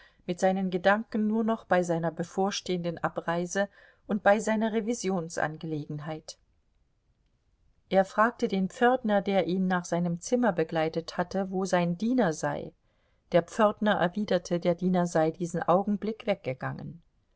mit seinen gedanken nur noch bei seiner bevorstehenden abreise und bei seiner revisionsangelegenheit er fragte den pförtner der ihn nach seinem zimmer begleitet hatte wo sein diener sei der pförtner erwiderte der diener sei diesen augenblick weggegangen